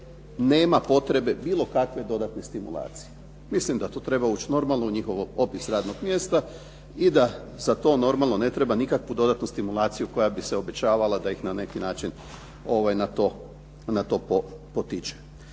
nema potrebe bilo kakve dodatne stimulacije. Mislim da to treba ući normalno u njihov opis radnog mjesta i da za to normalno ne treba nikakvu dodatnu stimulaciju koja bi se obećavala da ih na neki način na to potiče.